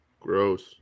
Gross